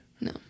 No